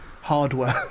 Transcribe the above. hardware